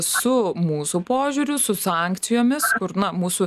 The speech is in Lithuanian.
su mūsų požiūriu su sankcijomis kur na mūsų